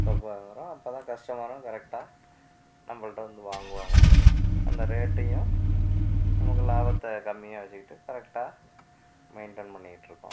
அப்பப்போ வரும் அப்போதான் கஸ்ட்டமரும் கரெட்டாக நம்பள்கிட்ட வந்து வாங்குவாங்க அந்த ரேட்டியும் நமக்கு லாபத்தை கம்மியாக வச்சிக்கிட்டு கரெட்டாக மெயின்டன் பண்ணிகிட்யிருக்கோம்